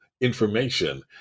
information